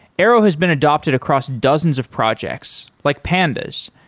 arrow has been adopted across dozens of projects, like pandas,